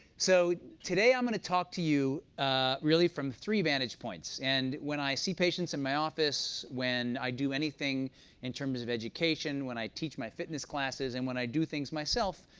so today i'm going to talk to you really from three vantage points, and when i see patients in my office, when i do anything in terms of education, when i teach my fitness classes, and when i do things myself,